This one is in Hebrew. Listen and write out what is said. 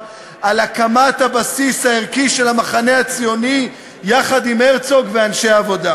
על הקמת הבסיס הערכי של המחנה הציוני יחד עם הרצוג ואנשי העבודה.